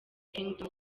kingdom